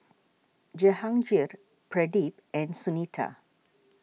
Jehangirr Pradip and Sunita